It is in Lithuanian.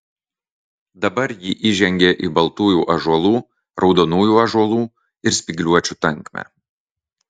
dabar ji įžengė į baltųjų ąžuolų raudonųjų ąžuolų ir spygliuočių tankmę